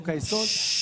חוק היסוד),